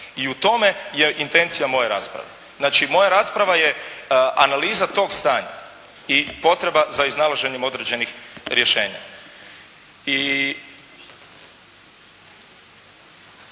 I u tome je intencija moje rasprave. Znači moja rasprava je analiza tog stanja i potreba za iznalaženjem određenih rješenja.